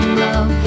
love